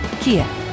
Kia